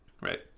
right